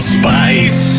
spice